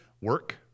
Work